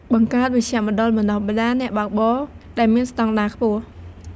បង្កើត មជ្ឈមណ្ឌលបណ្តុះបណ្តាលអ្នកបើកបរ ដែលមានស្តង់ដារខ្ពស់។